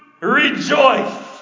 rejoice